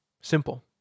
simple